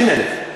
79,000 דונם.